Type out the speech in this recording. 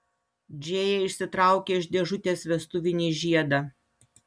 džėja išsitraukė iš dėžutės vestuvinį žiedą